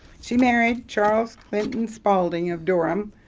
she married charles clinton spalding of durham,